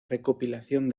recopilación